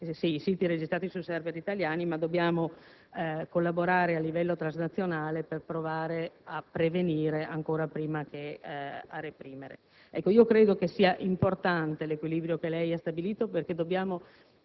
solo i siti registrati sui *server* italiani, ma dobbiamo collaborare a livello transnazionale per provare a prevenire, ancora prima che a reprimere. Io credo sia importante l'equilibrio che lei ha stabilito, perché dobbiamo